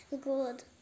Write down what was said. Good